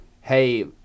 hey